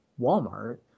Walmart